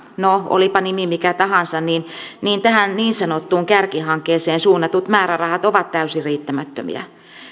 no olipa nimi mikä tahansa niin niin tähän niin sanottuun kärkihankkeeseen suunnatut määrärahat ovat täysin riittämättömiä